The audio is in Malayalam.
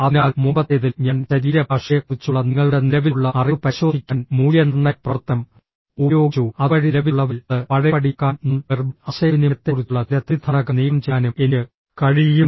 അതിനാൽ മുമ്പത്തേതിൽ ഞാൻ ശരീരഭാഷയെക്കുറിച്ചുള്ള നിങ്ങളുടെ നിലവിലുള്ള അറിവ് പരിശോധിക്കാൻ മൂല്യനിർണ്ണയ പ്രവർത്തനം ഉപയോഗിച്ചു അതുവഴി നിലവിലുള്ളവയിൽ അത് പഴയപടിയാക്കാനും നോൺ വെർബൽ ആശയവിനിമയത്തെക്കുറിച്ചുള്ള ചില തെറ്റിദ്ധാരണകൾ നീക്കംചെയ്യാനും എനിക്ക് കഴിയും